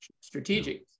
strategic